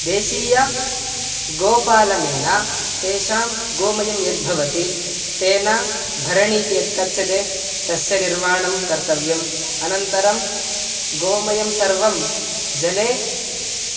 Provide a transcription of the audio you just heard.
देसीयं गोपालनेन तेषां गोमयं यद्भवति तेन भरणीति यत् कथ्यते तस्य निर्माणं कर्तव्यम् अनन्तरं गोमयं सर्वं जले